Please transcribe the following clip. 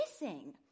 missing